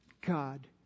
God